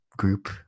group